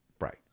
right